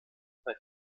bei